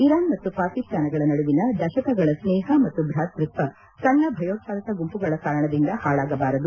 Iran ಮತ್ತು ಪಾಕಿಸ್ತಾನಗಳ ನಡುವಿನ ದಶಕಗಳ ಸ್ನೇಪ ಮತ್ತು ಭಾತೃತ್ವ ಸಣ್ಣ ಭಯೋತ್ವಾದಕ ಗುಂಮಗಳ ಕಾರಣದಿಂದ ಪಾಳಾಗಬಾರದು